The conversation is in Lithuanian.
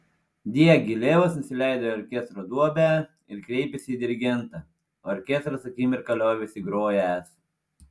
diagilevas nusileido į orkestro duobę ir kreipėsi į dirigentą orkestras akimirką liovėsi grojęs